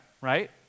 right